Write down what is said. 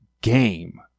game